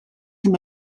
him